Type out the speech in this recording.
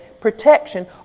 protection